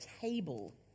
table